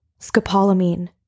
Scopolamine